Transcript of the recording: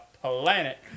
planet